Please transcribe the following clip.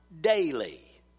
daily